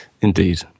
indeed